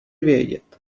vědět